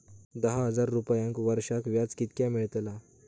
दहा हजार रुपयांक वर्षाक व्याज कितक्या मेलताला?